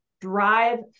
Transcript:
drive